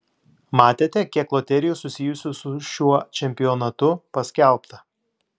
matėte kiek loterijų susijusių su šiuo čempionatu paskelbta